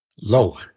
Lord